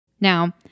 Now